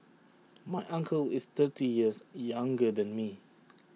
my uncle is thirty years younger than me